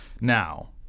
now